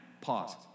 pause